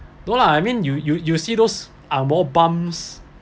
no lah I mean you you you see those ang moh bums